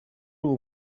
ubu